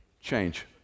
change